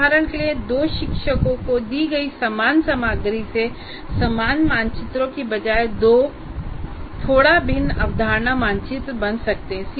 उदाहरण के लिए 2 शिक्षकों को दी गई समान सामग्री से समान मानचित्रों के बजाय 2 थोड़ा भिन्न अवधारणा मानचित्र बन सकते हैं